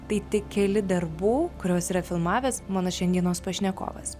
tai tik keli darbų kuriuos yra filmavęs mano šiandienos pašnekovas